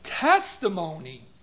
testimony